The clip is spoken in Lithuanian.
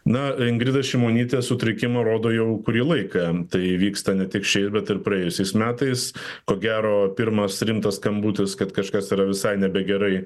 na ingrida šimonytė sutrikimą rodo jau kurį laiką tai vyksta ne tik šiai bet ir praėjusiais metais ko gero pirmas rimtas skambutis kad kažkas yra visai nebegerai